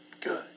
good